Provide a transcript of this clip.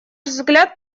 взгляд